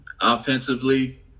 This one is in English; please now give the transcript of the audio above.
Offensively